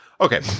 okay